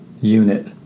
unit